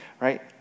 right